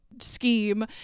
scheme